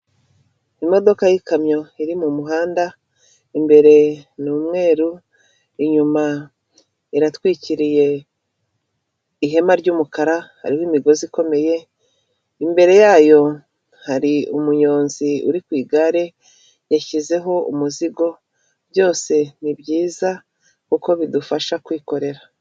Imodoka y'ikamyo iri mu muhanda, imbere ni umweru inyuma iratwikiriye ihema ry'umukara hariho imigozi ikomeye, imbere yayo hari umunyonzi uri ku igare yashyizeho umuzigo byose ni byiza kuko bidufasha kwikorera.